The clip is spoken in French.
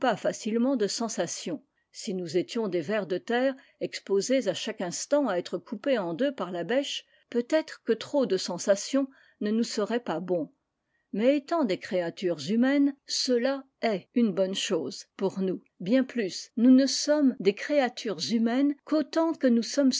facilement de sensations si nous étions des vers de terre exposés à chaque instant à être coupés en deux par la bêche peut-être que trop de sensations ne nous serait pas bon mais étant des créatures humaines cela est une bonne chose pour nous bien plus nous ne sommes des créatures humaines qu'autant que nous sommes